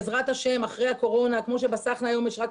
בעזרת השם אחרי הקורונה - כמו שבסחנה היום יש רק